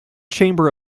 chamber